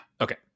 okay